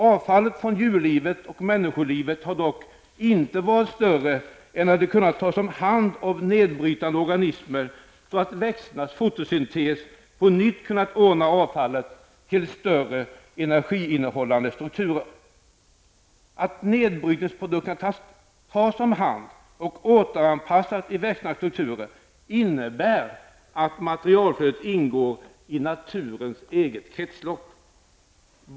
Avfallet från djurlivet och människolivet har dock inte varit större än att det har kunnat tas om hand av nedbrytande organismer, så att växternas fotosyntes på nytt kunnat ordna avfallet till större energiinnehållande strukturer. Att nedbrytningsprodukterna tas om hand och återanpassas till växternas strukturer innebär att materialflödet ingår i naturens eget kretslopp.